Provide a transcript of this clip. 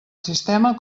sistema